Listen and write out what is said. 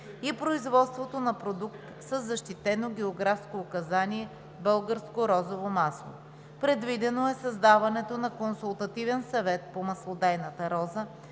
и производството на продукт със защитено географско указание „Българско розово масло“. Предвидено е създаването на Консултативен съвет по маслодайната роза